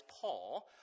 Paul